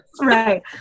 right